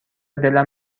دلم